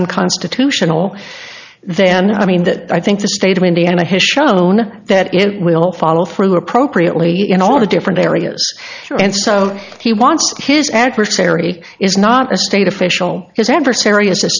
unconstitutional then i mean that i think the state of indiana has shown that it will follow through appropriately in all of the different areas and so he wants his adversary is not a state official his adversary is a